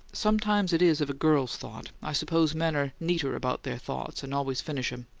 sometimes it is of a girl's thought i suppose men are neater about their thoughts, and always finish em.